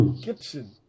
Gibson